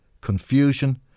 confusion